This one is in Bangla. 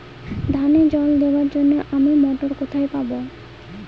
ধানে জল দেবার জন্য আমি মটর কোথায় পাবো?